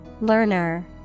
Learner